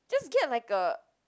just get like a